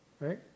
Right